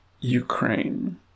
Ukraine